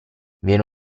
viene